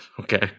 Okay